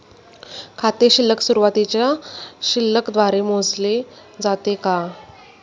खाते शिल्लक सुरुवातीच्या शिल्लक द्वारे मोजले जाते का?